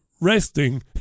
resting